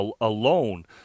alone